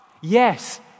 Yes